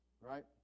right